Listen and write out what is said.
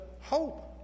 hope